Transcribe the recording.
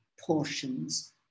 portions